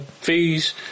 fees